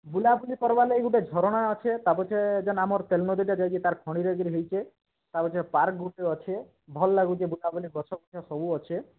ବୁଲାବୁଲି କରିବାର୍ ଲାଗି ଗୁଟେ ଝରଣା ଅଛେ ତା' ପଛେ ଯେନ୍ ଆମର ତେଲ ନଦୀଟା ଯାଇକି ତାର ଫଣୀରେ କିରି ହେଇଛେ ତା' ପଛେ ପାର୍କ୍ ଗୁଟେ ଅଛେ ଭଲ୍ ଲାଗୁଛେ ବୁଲାବୁଲି ଗଛ ବୁଛ ସବୁ ଅଛେ